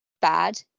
bad